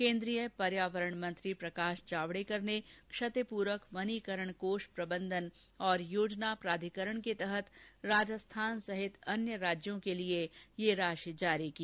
केन्द्रीय पर्यावरण मंत्री प्रकाश जावडेकर ने क्षतिप्रक वनीकरण कोष प्रबंधन और योजना प्राधिकरण के तहत राजस्थान सहित अन्य राज्यों के लिए यह राशि जारी की